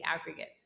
aggregate